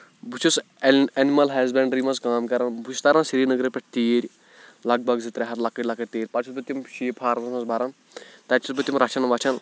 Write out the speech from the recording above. بہٕ چھُس اٮ۪ن انیمل ہسبینڈری کٲم کَران بہٕ چھُس تاران سری نگرٕ پٮ۪ٹھ تِیٖر لگ بگ زٕ ترٛےٚ ہَتھ لۄکٕٹۍ لۄکٕٹۍ تِیٖر پَتہٕ چھُس بہٕ تِم شیٖپ فارمَس منٛز بَران تَتہِ چھُس بہٕ تِم رَچھان وَچھان